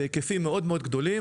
בהיקפים מאוד מאוד גדולים,